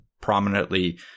prominently